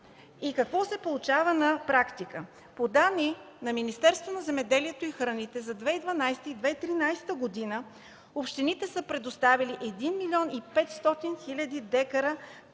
Какво се получава на практика? По данни на Министерството на земеделието и храните за 2012 г. и 2013 г. общините са предоставили 1 млн. 500 хил. декара